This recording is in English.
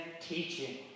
teaching